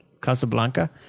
Casablanca